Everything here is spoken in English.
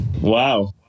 Wow